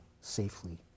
safely